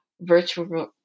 virtual